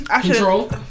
Control